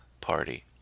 party